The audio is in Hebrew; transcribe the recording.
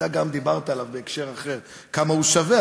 אתה גם דיברת עליו בהקשר אחר כמה הוא שווה,